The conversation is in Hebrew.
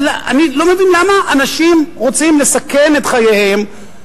אז אני לא מבין למה אנשים רוצים לסכן את חייהם,